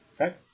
Okay